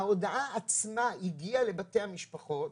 ההודעה עצמה הגיעה לבתי המשפחות,